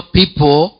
people